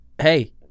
hey